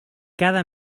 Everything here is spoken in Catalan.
cada